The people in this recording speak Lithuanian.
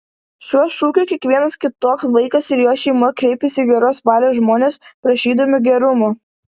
šiuo šūkiu kiekvienas kitoks vaikas ir jo šeima kreipiasi į geros valios žmones prašydami gerumo